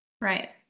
right